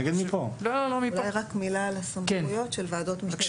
אני רוצה לומר על הסמכויות של ועדות משנה